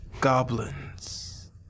Goblins